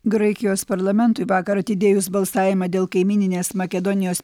graikijos parlamentui vakar atidėjus balsavimą dėl kaimyninės makedonijos